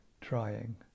trying